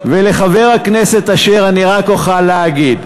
ולחבר הכנסת אשר אני רק אוכל להגיד: